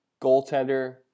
goaltender